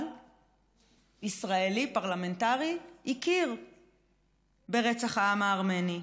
ישראלי פרלמנטרי הכיר ברצח העם הארמני.